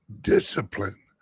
discipline